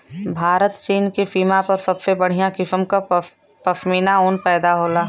भारत चीन के सीमा पर सबसे बढ़िया किसम क पश्मीना ऊन पैदा होला